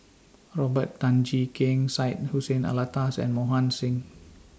Robert Tan Jee Keng Syed Hussein Alatas and Mohan Singh